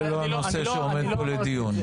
זה לא הנושא שעומד פה לדיון.